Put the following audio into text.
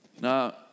Now